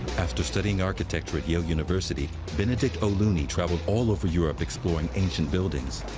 after studying architecture at yale university, benedict o'loony traveled all over europe exploring ancient buildings.